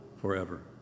forever